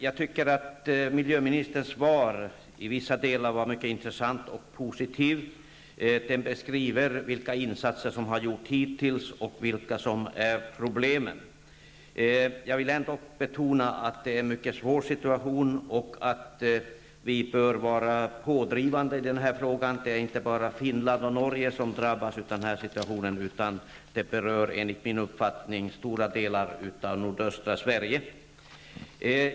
Jag tycker att miljöministerns svar i vissa delar var mycket intressant och positivt. Där beskrivs vilka insatser som har gjorts hittills och vilka problemen är. Jag vill ändock betona att det är en mycket svår situation och att vi bör vara pådrivande i denna fråga. Det är inte bara Finland och Norge som drabbas, utan situationen berör enligt min uppfattning också stora delar av nordöstra Sverige.